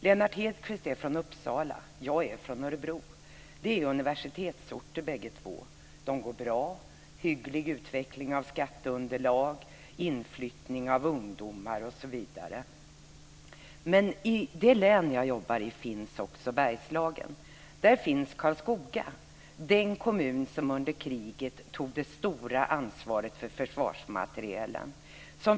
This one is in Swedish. Lennart Hedquist är från Uppsala. Jag är från Örebro. De är bägge två universitetsorter. Det går bra för orterna. Det finns en hygglig utveckling av skatteunderlaget och inflyttning av ungdomar osv. I det län jag jobbar i finns också Bergslagen. Där finns Karlskoga. Det är den kommun som under kriget tog det stora ansvaret för försvarsmaterielen.